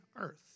earth